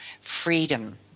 freedom